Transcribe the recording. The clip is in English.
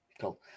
cool